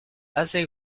assez